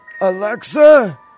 Alexa